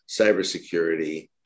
cybersecurity